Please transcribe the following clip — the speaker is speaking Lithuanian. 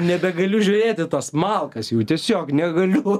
nebegaliu žiūrėt į tas malkas jau tiesiog negaliu